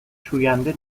شوینده